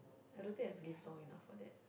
I don't think I have lived long enough for that